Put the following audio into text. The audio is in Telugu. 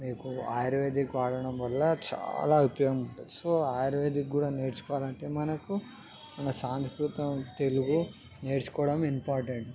మీకు ఆయుర్వేదిక్ వాడటం వల్ల చాలా ఉపయోగం ఉంటుంది సో ఆయుర్వేదిక్ కూడా నేర్చుకోవాలి అంటే మనకు మన సాంస్కృతం తెలుగు నేర్చుకోవడం ఇంపార్టెంట్